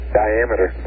diameter